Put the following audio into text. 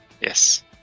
Yes